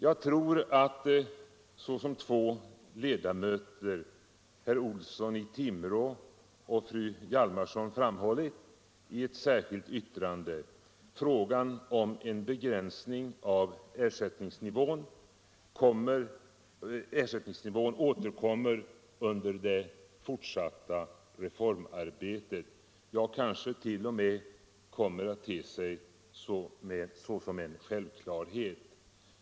Jag tror att — såsom två ledamöter, herr Olsson i Timrå och fru Hjalmarsson, framhållit i ett särskilt yttrande — frågan om en begränsning av ersättningsnivån återkommer under det fortsatta reformarbetet, ja, kanske t.o.m. kommer att te sig såsom en självklarhet.